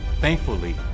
Thankfully